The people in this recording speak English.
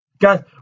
guys